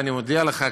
ואני מודיע לך כאן,